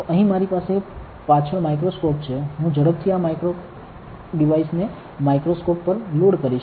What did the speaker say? તો અહીં મારી પાસે મારી પાછળ માઇક્રોસ્કોપ છે હું ઝડપથી આ માઇક્રો ડિવાઇસ ને માઇક્રોસ્કોપ પર લોડ કરીશ